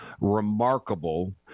remarkable